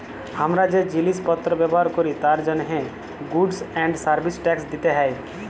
হামরা যে জিলিস পত্র ব্যবহার ক্যরি তার জন্হে গুডস এন্ড সার্ভিস ট্যাক্স দিতে হ্যয়